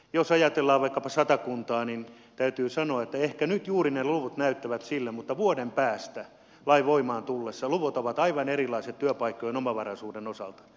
jos ajatellaan vaikkapa satakuntaa niin täytyy sanoa että ehkä nyt juuri ne luvut näyttävät sille mutta vuoden päästä lain voimaan tullessa luvut ovat aivan erilaiset työpaikkojen omavaraisuuden osalta